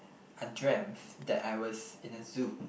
I dreamt that I was in a zoo